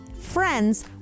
friends